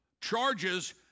charges